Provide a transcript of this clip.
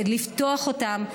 לפתוח אותם,